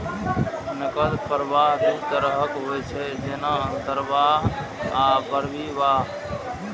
नकद प्रवाह दू तरहक होइ छै, जेना अंतर्वाह आ बहिर्वाह